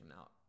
out